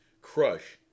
crush